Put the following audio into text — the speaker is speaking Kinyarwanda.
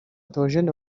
théogène